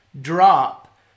drop